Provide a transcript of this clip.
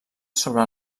sobre